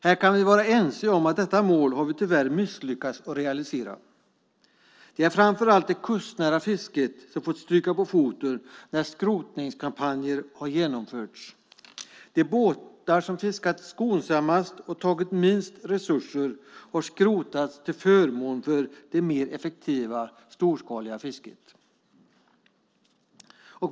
Här kan vi vara ense om att vi tyvärr misslyckats med att realisera det. Framför allt har det kustnära fisket fått stryka på foten när skrotningskampanjer genomförts. De båtar som fiskat skonsammast och som tagit minst resurser i anspråk har skrotats till förmån för det mer effektiva storskaliga fisket.